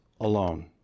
alone